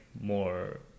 more